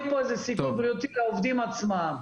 פה איזה סיכון בריאותי לעובדים עצמם.